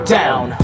down